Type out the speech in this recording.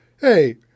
hey